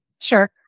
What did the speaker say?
Sure